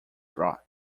brought